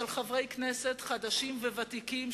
של חברי כנסת חדשים וותיקים,